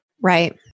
Right